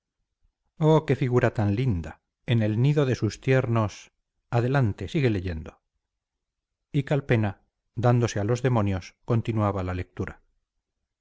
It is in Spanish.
oh qué figura tan linda en el nido de sus tiernos adelante sigue leyendo y calpena dándose a los demonios continuaba la lectura